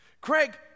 Craig